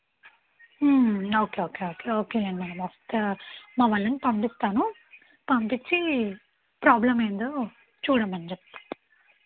okay okay okay ఓకేలేండి మేమొస్తే మా వాళ్ళను పంపిస్తాను పంపిచ్చి ప్రాబ్లం ఏంటో చూడమని చెప్తా